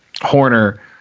horner